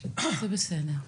--- זה בסדר.